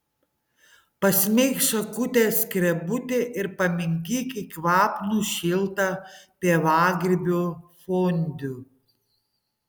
pasmeik šakute skrebutį ir paminkyk į kvapnų šiltą pievagrybių fondiu